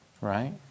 right